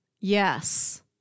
yes